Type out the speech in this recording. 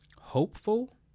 hopeful